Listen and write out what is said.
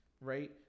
right